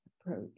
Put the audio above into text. approach